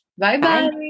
Bye-bye